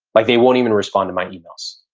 like they won't even respond to my emails.